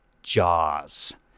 Jaws